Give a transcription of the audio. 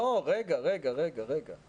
לא, רגע, רגע.